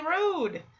rude